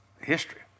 history